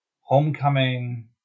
Homecoming